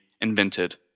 invented